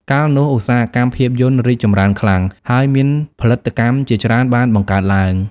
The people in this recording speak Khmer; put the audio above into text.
កាលនោះ ឧស្សាហកម្មភាពយន្តរីកចម្រើនខ្លាំង ហើយមានផលិតកម្មជាច្រើនបានបង្កើតឡើង។